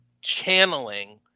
channeling